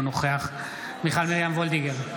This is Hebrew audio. אינו נוכח מיכל מרים וולדיגר,